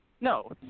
no